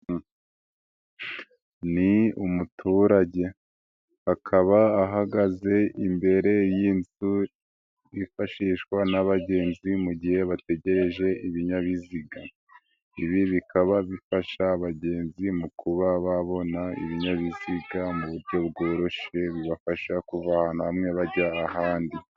Ni umuturage akaba ahagaze imbere y'inzu yifashishwa n'abagenzi mu gihe bategereje ibinyabiziga, ibi bikaba bifasha abagenzi mu kuba babona ibinyabiziga mu buryo bworoshye, bibafasha kuva ahantu hamwe bajya ahandi.